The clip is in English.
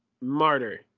Martyr